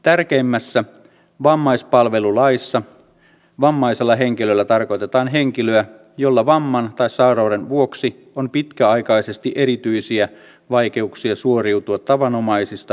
tärkeimmässä vammaispalvelulaissa vammaisella henkilöllä tarkoitetaan henkilöä jolla vamman tai sairauden vuoksi on pitkäaikaisesti erityisiä vaikeuksia suoriutua tavanomaisista elämäntoiminnoista